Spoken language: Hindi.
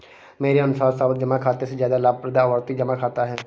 मेरे अनुसार सावधि जमा खाते से ज्यादा लाभप्रद आवर्ती जमा खाता है